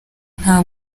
nta